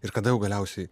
ir kada jau galiausiai